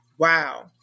Wow